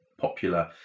popular